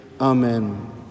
Amen